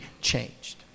changed